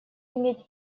иметь